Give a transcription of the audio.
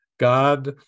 God